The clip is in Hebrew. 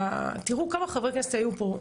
תראו כמה חברי כנסת היו פה.